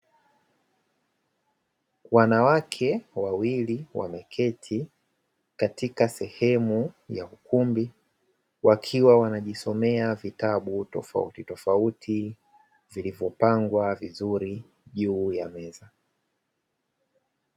Wanawake wawili wameketi katika sehemu ya ukumbi, wakiwa wanajisomea vitabu tofauti tofauti, vilivyopangwa vizuri juu ya meza.